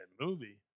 movie